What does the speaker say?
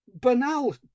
banal